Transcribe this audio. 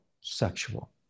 sexual